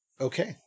Okay